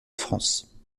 france